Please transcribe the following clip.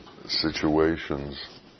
situations